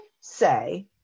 say